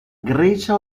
grecia